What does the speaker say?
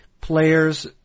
players